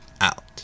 out